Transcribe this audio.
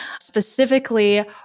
specifically